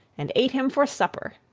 and ate him for supper,